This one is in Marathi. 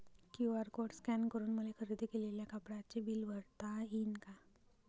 क्यू.आर कोड स्कॅन करून मले खरेदी केलेल्या कापडाचे बिल भरता यीन का?